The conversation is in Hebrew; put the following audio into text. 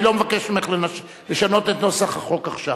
אני לא מבקש ממך לשנות את נוסח החוק עכשיו.